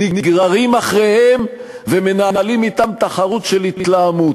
נגררים אחריהם ומנהלים אתם תחרות של התלהמות.